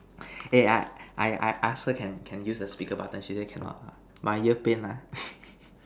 eh I I I I ask her can can use the speaker button she said cannot ah my ear pain ah